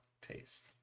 taste